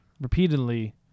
repeatedly